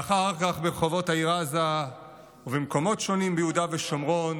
ואחר כך ברחובות העיר עזה ובמקומות שונים ביהודה ושומרון